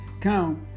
count